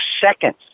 seconds